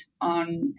on